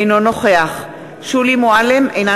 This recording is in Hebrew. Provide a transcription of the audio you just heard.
אינו נוכח שולי מועלם-רפאלי,